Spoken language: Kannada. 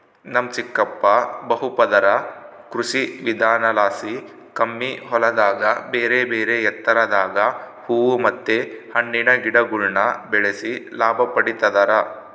ನಮ್ ಚಿಕ್ಕಪ್ಪ ಬಹುಪದರ ಕೃಷಿವಿಧಾನಲಾಸಿ ಕಮ್ಮಿ ಹೊಲದಾಗ ಬೇರೆಬೇರೆ ಎತ್ತರದಾಗ ಹೂವು ಮತ್ತೆ ಹಣ್ಣಿನ ಗಿಡಗುಳ್ನ ಬೆಳೆಸಿ ಲಾಭ ಪಡಿತದರ